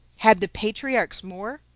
had the patriarchs more?